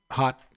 hot